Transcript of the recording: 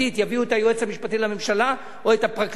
יביאו את היועץ המשפטי לממשלה או את הפרקליטות